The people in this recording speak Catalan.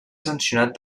sancionat